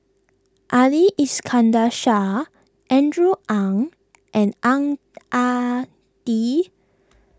Ali Iskandar Shah Andrew Ang and Ang Ah Tee